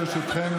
ברשותכם,